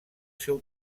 seu